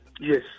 Yes